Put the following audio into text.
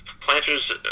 Planters